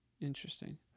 Interesting